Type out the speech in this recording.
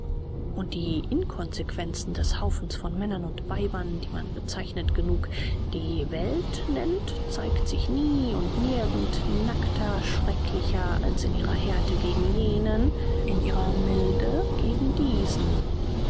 und die inconsequenz des haufens von männern und weibern die man bezeichnend genug die welt nennt zeigt sich nie und nirgend nackter schrecklicher als in ihrer härte gegen jenen in ihrer milde gegen diesen